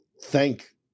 thank